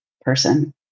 person